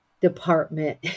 department